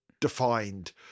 defined